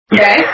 Okay